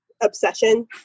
obsession